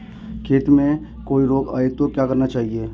खेत में कोई रोग आये तो क्या करना चाहिए?